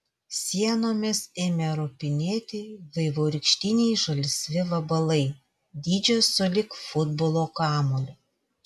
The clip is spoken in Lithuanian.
sienomis ėmė ropinėti vaivorykštiniai žalsvi vabalai dydžio sulig futbolo kamuoliu